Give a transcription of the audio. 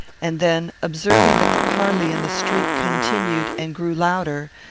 and then, observing that the parley in the street continued and grew louder,